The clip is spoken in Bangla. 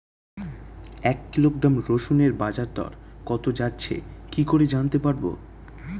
এক কিলোগ্রাম রসুনের বাজার দর কত যাচ্ছে কি করে জানতে পারবো?